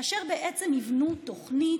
ויבנו תוכנית,